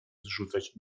zrzucać